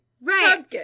Right